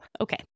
Okay